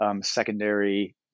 secondary